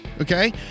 Okay